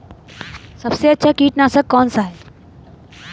सबसे अच्छा कीटनाशक कौनसा है?